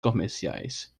comerciais